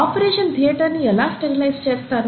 operation theatre ని ఎలా sterilise చేస్తారు